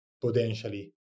potentially